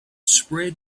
spread